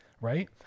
right